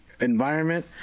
environment